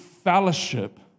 Fellowship